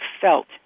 felt